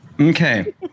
Okay